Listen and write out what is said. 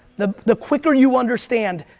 the the quicker you understand,